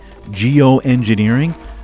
geoengineering